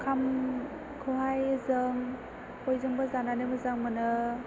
ओंखामखौहाय जों बयजोंबो जानानै मोजां मोनो